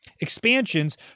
expansions